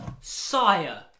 Sire